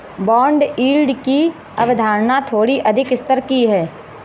bond yield की अवधारणा थोड़ी अधिक स्तर की है